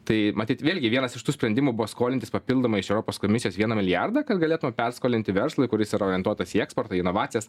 tai matyt vėlgi vienas iš tų sprendimų buvo skolintis papildomai iš europos komisijos vieną milijardą kad galėtume perskolinti verslui kuris yra orientuotas į eksportą į inovacijas